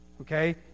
Okay